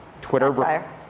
Twitter